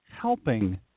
helping